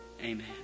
Amen